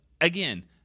again